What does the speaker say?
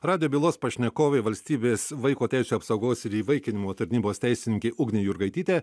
radijo bylos pašnekovė valstybės vaiko teisių apsaugos ir įvaikinimo tarnybos teisininkė ugnė jurgaitytė